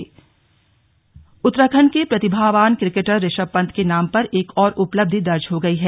slug Rishabh Pant Uttarakhand के प्रतिभावान cricketer Rishabh Pant के नाम एक और उपलब्धि दर्ज हो गई है